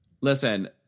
listen